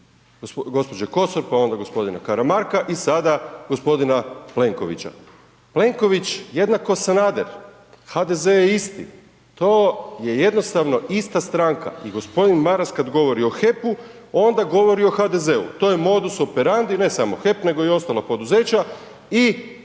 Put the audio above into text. gđe. Kosor, pa onda g. Karamarka i sada g. Plenkovića. Plenković = Sanader, HDZ je isti, to je jednostavno ista stranka i g. Maras kad govori o HEP-u, onda govori o HDZ, to je modus operandi, ne samo HEP, nego i ostala poduzeća